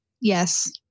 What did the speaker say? Yes